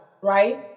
right